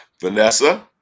Vanessa